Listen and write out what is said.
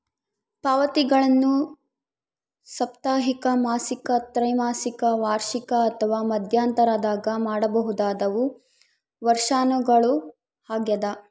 ಪಾವತಿಗಳನ್ನು ಸಾಪ್ತಾಹಿಕ ಮಾಸಿಕ ತ್ರೈಮಾಸಿಕ ವಾರ್ಷಿಕ ಅಥವಾ ಮಧ್ಯಂತರದಾಗ ಮಾಡಬಹುದಾದವು ವರ್ಷಾಶನಗಳು ಆಗ್ಯದ